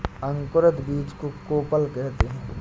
अंकुरित बीज को कोपल कहते हैं